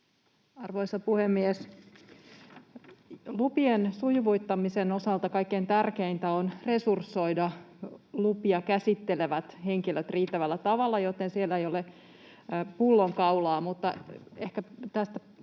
Arvoisa puhemies! Lupien sujuvoittamisen osalta kaikkein tärkeintä on resursoida lupia käsittelevät henkilöt riittävällä tavalla, jotta siellä ei ole pullonkaulaa.